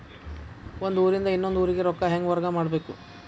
ಒಂದ್ ಊರಿಂದ ಇನ್ನೊಂದ ಊರಿಗೆ ರೊಕ್ಕಾ ಹೆಂಗ್ ವರ್ಗಾ ಮಾಡ್ಬೇಕು?